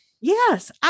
Yes